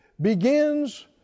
begins